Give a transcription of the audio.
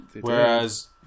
Whereas